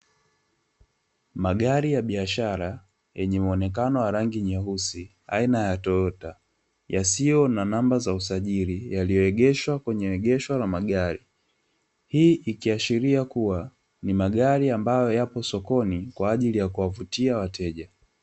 Magari ya biashara yenye mwonekano wa rangi nyeusi aina ya "Toyota" yasiyo na namba za usajili, yaliyoegeshwa kwenye egesho la magari. Hii ikiashiria kuwa, ni magari ambayo yapo sokoni kwa ajili ya kuwavutia wateja.